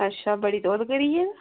अच्छा बडी तौल करी गै